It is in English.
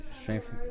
strength